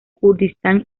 kurdistán